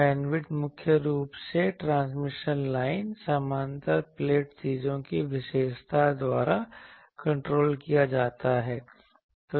bandwidth मुख्य रूप से ट्रांसमिशन लाइन समानांतर प्लेट चीजों की विशेषता द्वारा कंट्रोल किया जाता है